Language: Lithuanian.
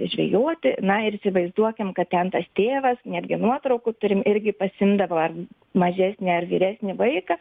žvejoti na ir įsivaizduokim kad ten tas tėvas netgi nuotraukų turim irgi pasiimdavo ar mažesnį ar vyresnį vaiką